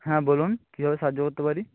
হ্যাঁ বলুন কীভাবে সাহায্য করতে পারি